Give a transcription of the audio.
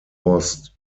was